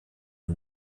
and